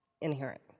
inherent